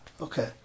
Okay